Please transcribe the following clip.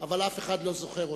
אבל אף אחד לא זוכר אותם.